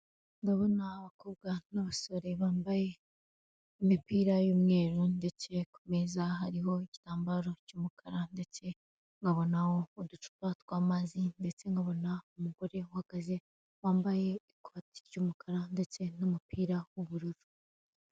Ndabona abakobwa n'abasore bambaye imipira y'umweru ndetse ku meza hariho igitambaro cy'umukara, ndetse nkabona uducupa tw'amazi, ndetse nkabona umugore uhagaze wambaye ikoti ry'umukara ndetse n'umupira w'ubururu.